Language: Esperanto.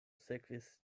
sekvis